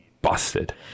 busted